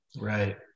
Right